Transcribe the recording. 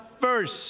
first